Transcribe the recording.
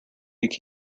let